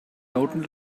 noten